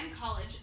College